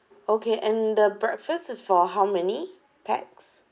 okay and the breakfast is for how many pax